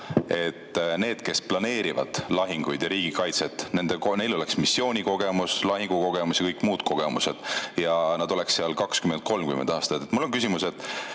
et neil, kes planeerivad lahinguid ja riigikaitset, oleks missioonikogemus, lahingukogemus ja kõik muud kogemused ning nad oleksid sellel [tööl] 20–30 aastat. Mul on küsimus,